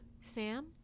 Sam